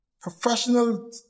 professional